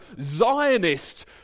Zionist